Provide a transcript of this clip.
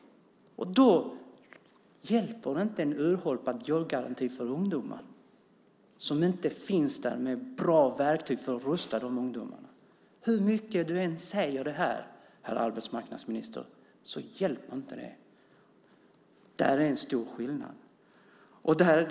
Då hjälper inte en urholkad jobbgaranti för ungdomar som inte finns där med bra verktyg för att rusta de ungdomarna. Hur mycket du än säger det, herr arbetsmarknadsminister, hjälper det inte. Det är en stor skillnad.